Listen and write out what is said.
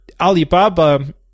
Alibaba